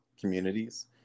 communities